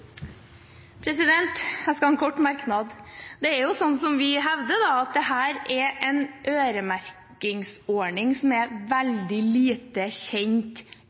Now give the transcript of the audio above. minutt. Jeg skal ha en kort merknad. Det er jo slik som vi hevder, at dette er en øremerkingsordning som er veldig lite kjent